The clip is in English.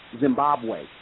Zimbabwe